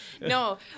No